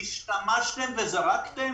השתמשתם וזרקתם?